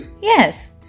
Yes